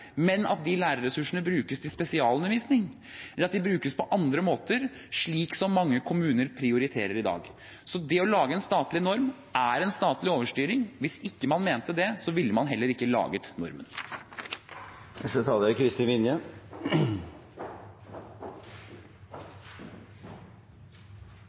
men at de lærerressursene brukes til spesialundervisning, eller at de brukes på andre måter, slik som mange kommuner prioriterer i dag. Så det å lage en statlig norm er en statlig overstyring. Hvis man ikke mente det, ville man heller ikke laget